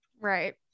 Right